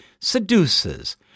seduces